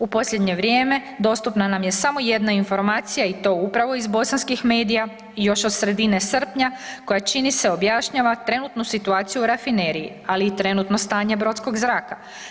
U posljednje vrijeme, dostupno nam je samo jedna informacija i to upravo iz bosanskih medija, još od sredine srpnja koja čini se, objašnjava trenutnu situaciju u rafineriji, ali i trenutno stanje brodskog zraka.